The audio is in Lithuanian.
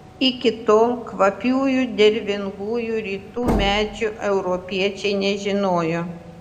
iki tol kvapiųjų dervingųjų rytų medžių europiečiai nežinojo